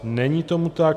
Není tomu tak.